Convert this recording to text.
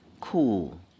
cool